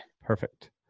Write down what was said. Perfect